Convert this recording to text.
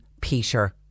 Peter